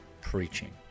preaching